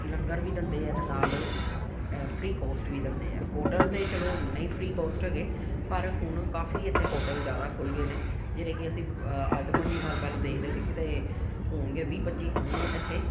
ਲੰਗਰ ਵੀ ਦਿੰਦੇ ਆ ਅਤੇ ਨਾਲ਼ ਫ੍ਰੀ ਕੋਸਟ ਵੀ ਦਿੰਦੇ ਆ ਹੋਟਲ ਤਾਂ ਚਲੋ ਨਹੀਂ ਫ੍ਰੀ ਕੋਸਟ ਹੈਗੇ ਪਰ ਹੁਣ ਕਾਫ਼ੀ ਇੱਥੇ ਹੋਟਲ ਜ਼ਿਆਦਾ ਖੁੱਲ੍ਹ ਗਏ ਨੇ ਜਿਹੜੇ ਕਿ ਅਸੀਂ ਅੱਜ ਤੋਂ ਪੰਜੀ ਸਾਲ ਪਹਿਲਾਂ ਦੇਖਦੇ ਸੀ ਕਿਤੇ ਹੋਣਗੇ ਵੀਹ ਪੱਚੀ ਹੁਣ ਇੱਥੇ